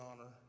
honor